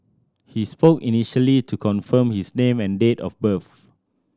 he spoke initially to confirm his name and date of birth